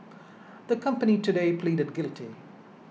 the company today pleaded guilty